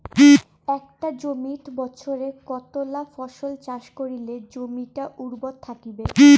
একটা জমিত বছরে কতলা ফসল চাষ করিলে জমিটা উর্বর থাকিবে?